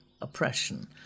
oppression